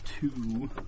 two